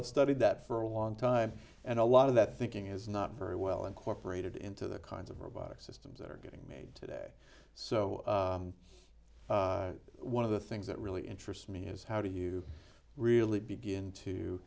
have studied that for a long time and a lot of that thinking is not very well incorporated into the kinds of robotic systems that are getting made today so one of the things that really interests me is how do you really begin to